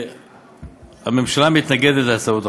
הממשלה מתנגדת להצעות החוק.